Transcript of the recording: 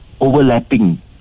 overlapping